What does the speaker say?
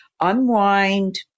unwind